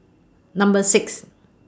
Number six